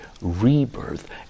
rebirth